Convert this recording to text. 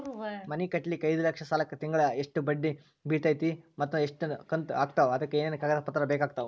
ಮನಿ ಕಟ್ಟಲಿಕ್ಕೆ ಐದ ಲಕ್ಷ ಸಾಲಕ್ಕ ತಿಂಗಳಾ ಎಷ್ಟ ಬಡ್ಡಿ ಬಿಳ್ತೈತಿ ಮತ್ತ ಎಷ್ಟ ಕಂತು ಆಗ್ತಾವ್ ಅದಕ ಏನೇನು ಕಾಗದ ಪತ್ರ ಬೇಕಾಗ್ತವು?